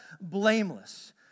blameless